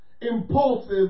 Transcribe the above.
impulsive